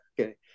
okay